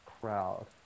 crowd